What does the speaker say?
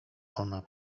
ona